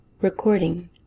Recording